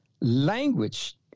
language